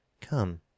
Come